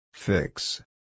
Fix